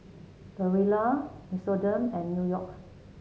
Barilla Nixoderm and New York